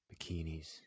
bikinis